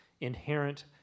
inherent